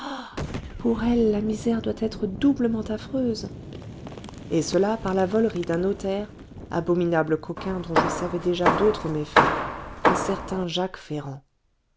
pour elles la misère doit être doublement affreuse et cela par la volerie d'un notaire abominable coquin dont je savais déjà d'autres méfaits un certain jacques ferrand